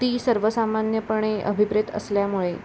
ती सर्वसामान्यपणे अभिप्रेत असल्यामुळे